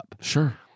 Sure